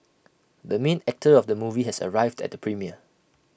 the main actor of the movie has arrived at the premiere